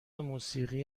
موسیقی